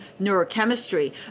neurochemistry